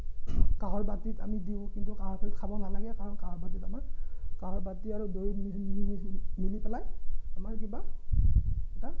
কাঁহৰ বাতিত আমি দিওঁ কিন্তু কাঁহৰ বাতিত খাব নালাগে কাৰণ কাঁহৰ বাতিত আমাৰ কাঁহৰ বাতি আৰু দৈ মিলি মিলি মিলি পেলাই আমাৰ কিবা এটা